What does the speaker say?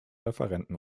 referenten